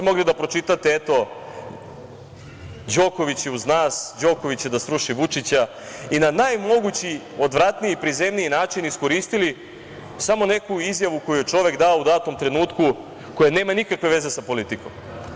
Mogli ste da pročitate - Đoković je uz nas, Đoković će da sruši Vučića, i na najmogući, odvratniji i prizemniji način iskoristili samo neku izjavu koju je čovek dao u datom trenutku, koja nema nikakve veze sa politikom.